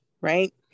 right